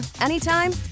anytime